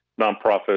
nonprofits